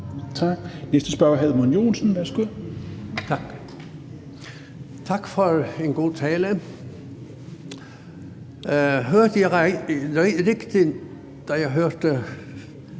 Kl. 16:31 Edmund Joensen (SP): Tak. Tak for en god tale. Hørte jeg rigtigt, da jeg hørte